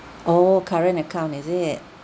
oh current account is it